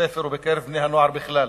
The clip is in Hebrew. בבתי-ספר ובקרב בני-הנוער בכלל.